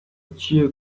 چیه